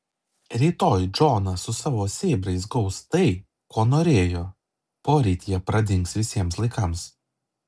rytoj džonas su savo sėbrais gaus tai ko norėjo poryt jie pradings visiems laikams